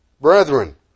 brethren